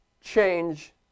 change